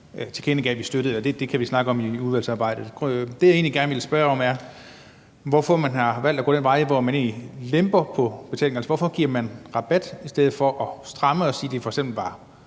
tilkendegav at vi støttede. Det kan vi snakke om i udvalgsarbejdet. Det, jeg egentlig gerne ville spørge om, er, hvorfor man har valgt at gå den vej, hvor man lemper på betalingerne. Altså, hvorfor giver man rabat i stedet for at stramme og sige, at det f.eks. var